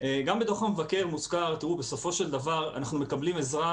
בדוח המבקר מוזכר בסופו של דבר אנחנו מקבלים עזרה